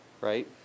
Right